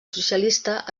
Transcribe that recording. socialista